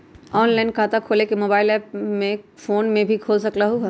Online खाता खोले के मोबाइल ऐप फोन में भी खोल सकलहु ह?